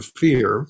fear